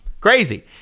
Crazy